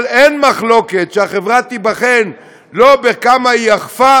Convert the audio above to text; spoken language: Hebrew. אבל אין מחלוקת שהחברה תיבחן לא בכמה היא אכפה